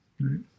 right